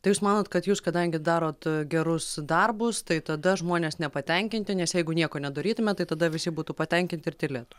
tai jūs manot kad jūs kadangi darot gerus darbus tai tada žmonės nepatenkinti nes jeigu nieko nedarytumėt tai tada visi būtų patenkinti ir tylėtų